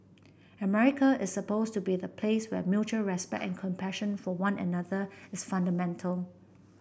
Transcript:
America is supposed to be the place where mutual respect and compassion for one another is fundamental